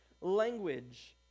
language